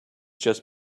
just